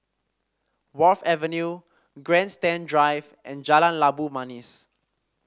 Wharf Avenue Grandstand Drive and Jalan Labu Manis